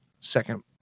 second